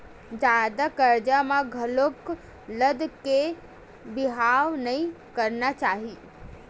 जादा करजा म घलो लद के बिहाव नइ करना चाही